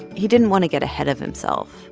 he didn't want to get ahead of himself.